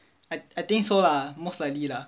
I think so lah most likely lah